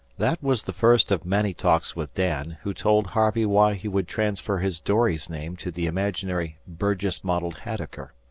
that was the first of many talks with dan, who told harvey why he would transfer his dory's name to the imaginary burgess-modelled haddocker.